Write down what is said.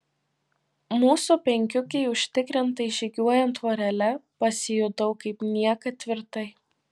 mūsų penkiukei užtikrintai žygiuojant vorele pasijutau kaip niekad tvirtai